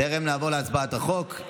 בטרם נעבור להצבעה על החוק,